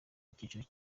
icyiciro